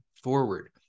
forward